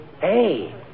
Hey